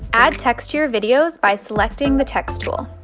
add text to your videos by selecting the texts tool.